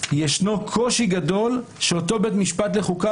ישנו קושי גדול בכך שאותו בית משפט לחוקה